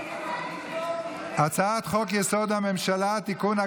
הצעת חוק-יסוד: הממשלה (תיקון,